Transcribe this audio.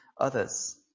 others